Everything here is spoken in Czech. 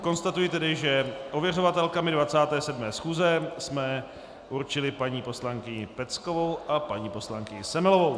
Konstatuji tedy, že ověřovatelkami 27. schůze jsme určili paní poslankyni Peckovou a paní poslankyni Semelovou.